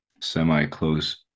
semi-close